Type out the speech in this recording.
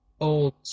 old